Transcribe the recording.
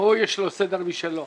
בסדר גמור.